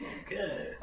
Okay